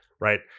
right